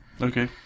okay